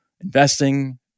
investing